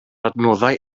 adnoddau